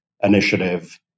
initiative